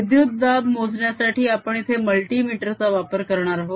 विद्युत दाब मोजण्यासाठी आपण इथे मल्टीमीटर चा वापर करणार आहोत